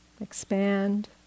expand